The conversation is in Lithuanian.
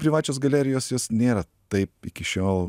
privačios galerijos jos nėra taip iki šiol